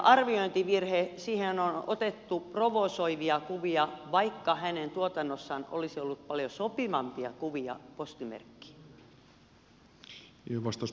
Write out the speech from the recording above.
siihen on otettu provosoivia kuvia vaikka hänen tuotannossaan olisi ollut paljon sopivampia kuvia postimerkkiin